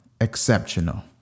exceptional